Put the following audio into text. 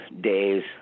days